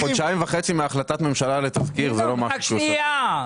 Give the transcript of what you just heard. חודשיים וחצי מהחלטת ממשלה לתסקיר זה לא משהו --- רק שנייה.